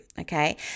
Okay